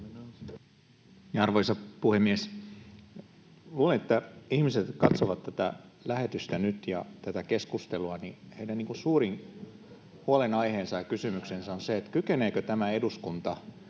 Arvoisa puhemies! Luulen, että kun ihmiset katsovat tätä lähetystä ja keskustelua nyt, heidän suurin huolenaiheensa ja kysymyksensä on se, kykeneekö tämä eduskunta